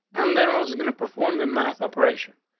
and then i was gonna perform the math operation,